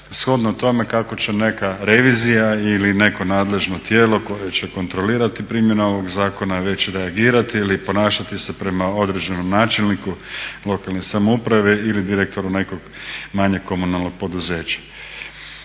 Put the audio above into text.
shodno tome kako će neka revizija ili neko nadležno tijelo koje će kontrolirati primjene ovog zakona već reagirati ili ponašati se prema određenom načelniku lokalne samouprave ili direktoru nekog manjeg komunalnog poduzeća.